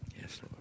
Yes